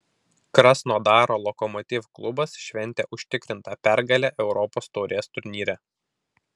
krasnodaro lokomotiv klubas šventė užtikrintą pergalę europos taurės turnyre